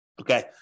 Okay